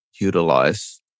utilize